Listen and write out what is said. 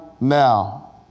Now